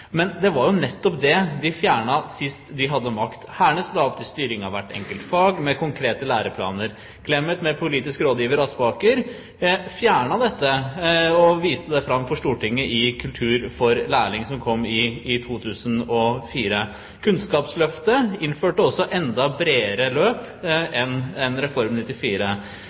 Men det var jo nettopp det de fjernet sist de hadde makt. Tidligere statsråd Hernes la opp til styring av hvert enkelt fag med konkrete læreplaner. Tidligere statsråd Clemet, med politisk rådgiver Aspaker, fjernet dette, og viste det fram for Stortinget i Kultur for læring, som kom i 2004. Kunnskapsløftet innførte også et enda bredere løp enn Reform 94.